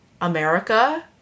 America